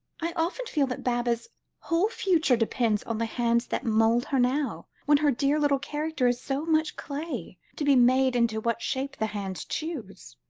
i often feel that baba's whole future depends on the hands that mould her now, when her dear little character is so much clay, to be made into what shape the hands choose.